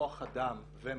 כוח אדם ומשאבים,